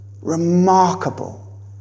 remarkable